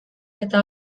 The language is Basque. eta